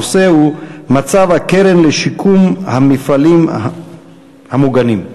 הנושא הוא: מצב הקרן למפעלי שיקום למוגבלים והמפעלים המוגנים.